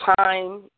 time